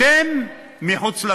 אתם מחוץ לתחום,